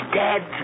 dead